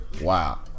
wow